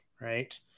right